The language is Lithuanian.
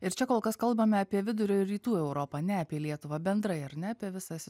ir čia kol kas kalbame apie vidurio ir rytų europą ne apie lietuvą bendrai ar ne apie visas